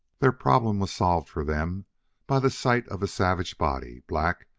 their problem was solved for them by the sight of a savage body, black,